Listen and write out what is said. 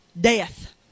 Death